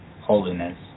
holiness